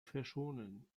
verschonen